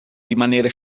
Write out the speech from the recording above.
rimanere